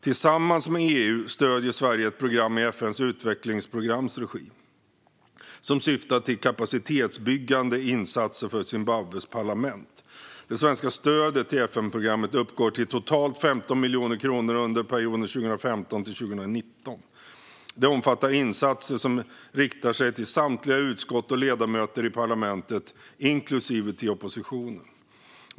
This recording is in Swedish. Tillsammans med EU stöder Sverige ett program i FN:s utvecklingsprograms regi, som syftar till kapacitetsbyggande insatser för Zimbabwes parlament. Det svenska stödet till FN-programmet uppgår till totalt 15 miljoner kronor under perioden 2015-2019. Det omfattar insatser som riktar sig till samtliga utskott och ledamöter i parlamentet, inklusive till oppositionen.